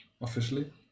officially